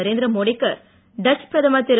நரேந்திரமோடிக்கு டச்சு பிரதமர் திரு